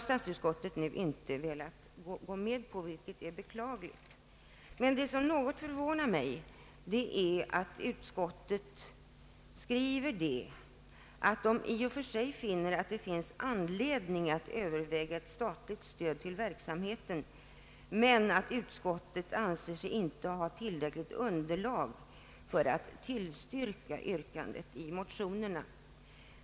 Statsutskottet har nu inte velat tillstyrka vårt förslag, vilket är beklagligt. Vad som något förvånar mig är att utskottet skriver, att det i och för sig finns anledning att överväga ett statligt stöd till verksamheten men att utskottet inte anser sig ha tillräckligt underlag för att tillstyrka yrkandet i motionerna.